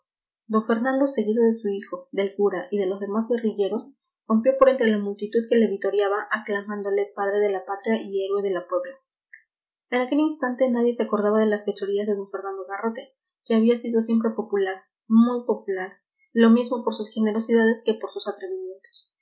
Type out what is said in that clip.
d fernando seguido de su hijo del cura y de los demás guerrilleros rompió por entre la multitud que le vitoreaba aclamándole padre de la patria y héroe de la puebla en aquel instante nadie se acordaba de las fechorías de d fernando garrote que había sido siempre popular muy popular lo mismo por sus generosidades que por sus